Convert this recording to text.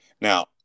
Now